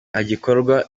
hagikorwa